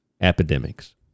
epidemics